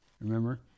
Remember